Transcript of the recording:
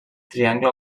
triangle